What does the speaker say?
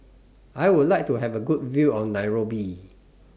I Would like to Have A Good View of Nairobi